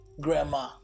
grandma